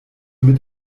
mit